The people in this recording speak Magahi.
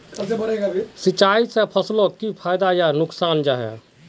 सिंचाई से फसलोक की फायदा या नुकसान जाहा?